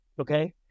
okay